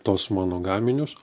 tuos mano gaminius